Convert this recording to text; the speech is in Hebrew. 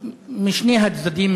משני הצדדים,